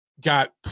got